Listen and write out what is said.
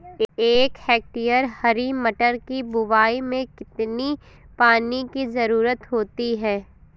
एक हेक्टेयर हरी मटर की बुवाई में कितनी पानी की ज़रुरत होती है?